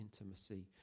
intimacy